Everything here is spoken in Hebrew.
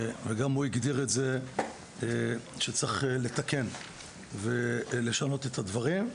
וגם הוא הגדיר את זה שצריך לתקן ולשנות את הדברים.